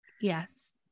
Yes